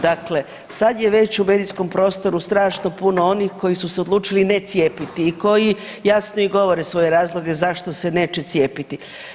Dakle, sad je već u medijskom prostoru strašno puno onih koji su se odlučili ne cijepiti i koji jasno i govore svoje razloge zašto se neće cijepiti.